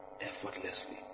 effortlessly